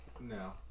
No